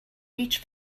each